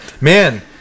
Man